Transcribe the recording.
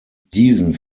diesen